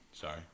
Sorry